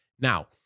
Now